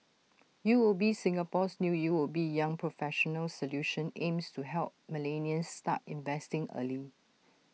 U O B Singapore's new U O B young professionals solution aims to help millennials start investing early